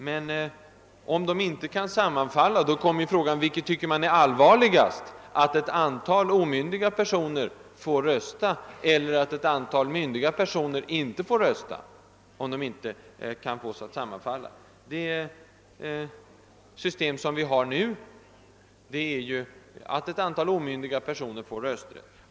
Men om dessa gränser inte kan sammanfalla, uppstår frågan vilket man tycker är allvarligast: att ett antal omyndiga personer får rösta, eller att ett antal myndiga personer inte får rösta. Det system som vi nu har innebär att ett antal omyndiga personer får rösträtt.